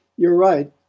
you're right.